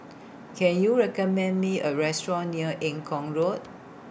Can YOU recommend Me A Restaurant near Eng Kong Road